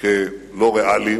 כלא ריאליים.